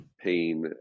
pain